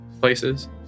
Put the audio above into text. places